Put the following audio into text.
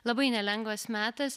labai nelengvas metas